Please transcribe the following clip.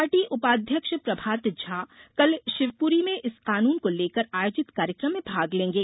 party उपाध्यक्ष प्रभात झा कल शिवपूरी में इस कानून को लेकर आयोजित कार्यक्रम में भाग लेंगे